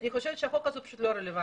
אני חושבת שהחוק הזה הוא פשוט לא רלוונטי.